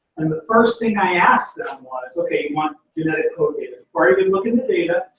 and the first thing i asked them was, okay, you want genetic code data. before i even look in the data.